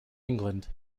england